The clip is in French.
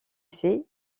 sais